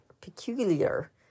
Peculiar